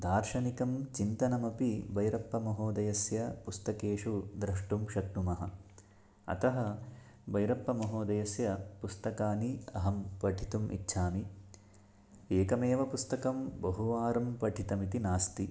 दार्शनिकं चिन्तनमपि बैरप्पमहोदयस्य पुस्तकेषु द्रष्टुं शक्नुमः अतः बैरप्पमहोदयस्य पुस्तकानि अहं पठितुम् इच्छामि एकमेव पुस्तकं बहुवारं पठितमिति नास्ति